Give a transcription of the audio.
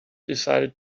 decided